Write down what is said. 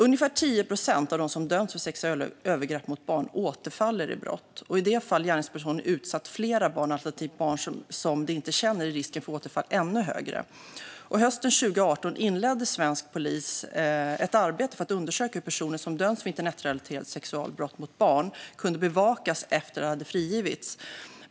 Ungefär 10 procent av dem som döms för sexuellt övergrepp mot barn återfaller i brott, och i de fall en gärningsperson har utsatt flera barn, alternativt barn som de inte känner, är risken för återfall ännu högre. Hösten 2018 inledde svensk polis ett arbete för att undersöka hur personer som dömts för internetrelaterade sexualbrott mot barn kunde bevakas efter att de hade frigivits.